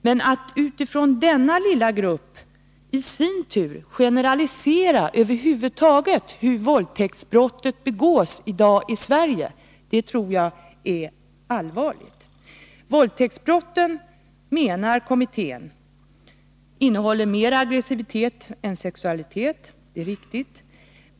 Men att med utgångspunkt i denna lilla gruppi sin tur generalisera över huvud taget hur våldtäktsbrott begås i dag i Sverige är allvarligt. Våldtäktsbrotten, menar kommittén, innehåller mera av aggressivitet än av sexualitet. Det är riktigt.